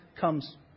comes